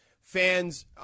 fans